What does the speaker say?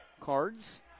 cards